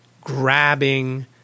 grabbing